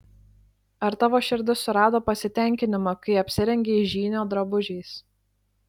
ar tavo širdis surado pasitenkinimą kai apsirengei žynio drabužiais